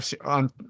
on